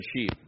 sheep